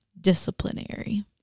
disciplinary